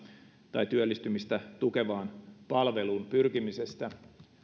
tai työllistymistä tukevaan palveluun pyrkimisessä